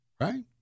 right